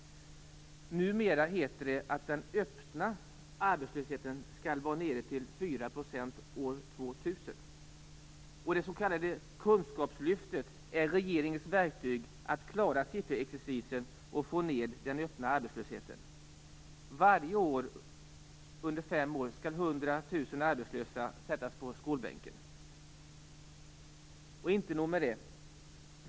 Numera heter det att den öppna arbetslösheten skall vara nere på 4 % år 2000. Det s.k. kunskapslyftet är regeringens verktyg för att man skall klara sifferexercisen och få ner den öppna arbetslösheten. Varje år, under fem år, skall 100 000 arbetslösa sättas på skolbänken. Det är inte nog med det.